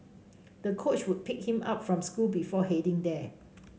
the coach would pick him up from school before heading there